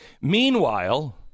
Meanwhile